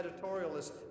editorialist